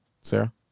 Sarah